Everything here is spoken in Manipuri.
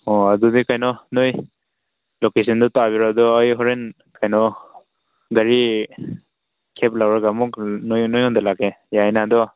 ꯑꯣ ꯑꯗꯨꯗꯤ ꯀꯩꯅꯣ ꯅꯣꯏ ꯂꯣꯀꯦꯁꯟꯗꯨ ꯊꯥꯕꯤꯔꯣ ꯑꯗꯨ ꯑꯩ ꯍꯣꯔꯦꯟ ꯀꯩꯅꯣ ꯒꯥꯔꯤ ꯀꯦꯕ ꯂꯧꯔꯒ ꯑꯃꯨꯛ ꯅꯣꯏꯉꯣꯟꯗ ꯂꯥꯛꯀꯦ ꯌꯥꯏꯅ ꯑꯗꯨ